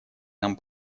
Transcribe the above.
нам